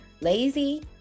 lazy